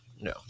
no